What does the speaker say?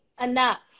enough